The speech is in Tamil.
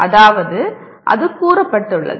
அதாவது அது கூறப்பட்டுள்ளது